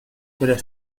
quella